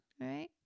Right